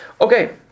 Okay